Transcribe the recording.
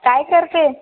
काय करते